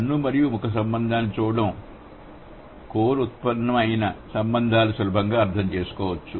కన్ను మరియు ముఖ సంబంధాన్ని చూడటం ద్వారా కోర్ ఉత్పన్న సంబంధాన్ని సులభంగా అర్థం చేసుకోవచ్చు